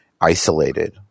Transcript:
isolated